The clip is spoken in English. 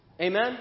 Amen